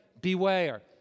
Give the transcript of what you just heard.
beware